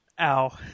Ow